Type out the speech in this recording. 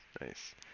Nice